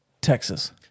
Texas